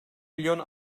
milyon